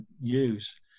use